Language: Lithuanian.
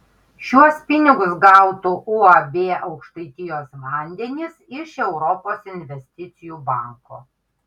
šiuos pinigus gautų uab aukštaitijos vandenys iš europos investicijų banko